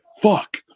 fuck